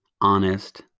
honest